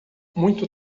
muito